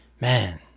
man